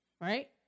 right